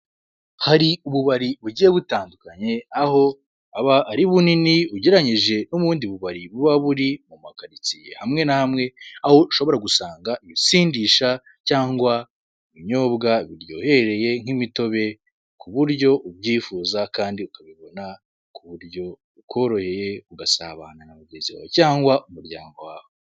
Hari ububari bugiye butandukanye, aho ari bunini ugereranyije n'ubundi bubari buba buri mu makaritsiye hamwe na hamwe, aho ushobora gusanga ibisindisha cyangwa ibinyobwa biryohereye nk'imitobe, ku buryo ubyifuza kandi ukabibona ku buryo bukoroheye ugasabana na bagenzi bawe cyangwa umuryango wawe.